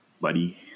buddy